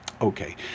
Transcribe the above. okay